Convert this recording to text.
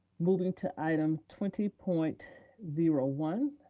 moving to item twenty point zero one,